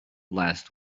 last